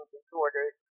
disorders